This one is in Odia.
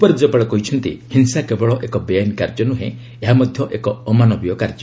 ଉପରାଜ୍ୟପାଳ କହିଛନ୍ତି ହିଂସା କେବଳ ଏକ ବେଆଇନ୍ କାର୍ଯ୍ୟ ନୁହେଁ ଏହା ମଧ୍ୟ ଏକ ଅମାନବୀୟ କାର୍ଯ୍ୟ